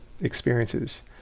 experiences